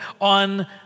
on